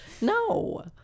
no